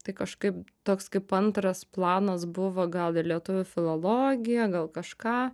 tai kažkaip toks kaip antras planas buvo gal ir lietuvių filologija gal kažka